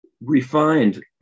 Refined